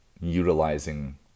utilizing